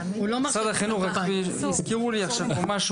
משרד החינוך הזכירו לי עכשיו פה משהו.